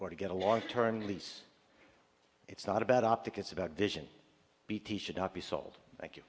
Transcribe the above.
or to get a long term lease it's not about optic it's about vision bt should not be sold like